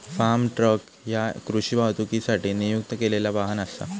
form truck ह्या कृषी वाहतुकीसाठी नियुक्त केलेला वाहन असा